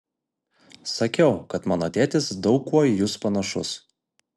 sakiau kad mano tėtis daug kuo į jus panašus